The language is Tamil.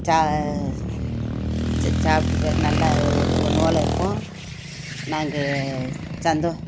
சா சாப்பிட்ட பிறகு நல்லா ஒன்று போல் இருப்போம் நாங்கள் சந்தோ